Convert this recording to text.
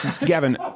Gavin